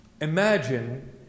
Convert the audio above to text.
imagine